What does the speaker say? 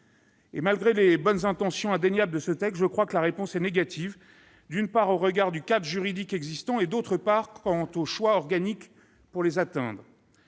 ? Malgré les bonnes intentions indéniables de ce texte, je crois que la réponse est négative, d'une part, au regard du cadre juridique existant et, d'autre part, quant au choix organique pour les atteindre.